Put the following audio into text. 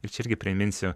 ir čia irgi priminsiu